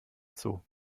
zoo